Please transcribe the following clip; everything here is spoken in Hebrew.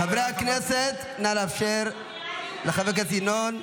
חברי הכנסת, נא לאפשר לחבר הכנסת ינון.